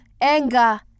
anger